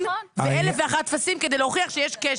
ואלף ואחד טפסים כדי להוכיח שיש קשר.